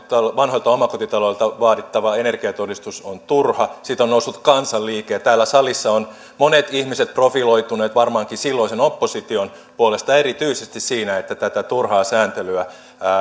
vanhoilta omakotitaloilta vaadittava energiatodistus on turha siitä on noussut kansanliike ja täällä salissa ovat monet ihmiset profiloituneet varmaankin silloisen opposition puolesta erityisesti siinä että tätä turhaa sääntelyä